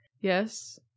Yes